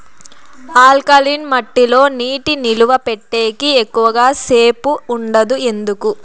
alkaline మట్టి లో నీటి నిలువ పెట్టేకి ఎక్కువగా సేపు ఉండదు ఎందుకు